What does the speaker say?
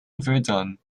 verdun